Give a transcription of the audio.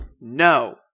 NO